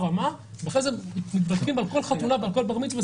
רמה ואחרי זה מתווכחים על כל חתונה ועל כל בר מצווה.